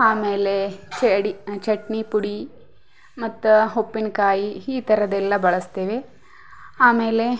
ಆಮೇಲೆ ಶೇಡಿ ಚಟ್ನಿಪುಡಿ ಮತ್ತು ಉಪ್ಪಿನ್ಕಾಯಿ ಈ ಥರದ್ದೆಲ್ಲ ಬಳಸ್ತೇವೆ ಆಮೇಲೆ